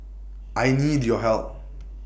I need your help